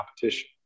competition